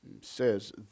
says